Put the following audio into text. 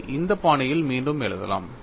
இதை இந்த பாணியில் மீண்டும் எழுதலாம்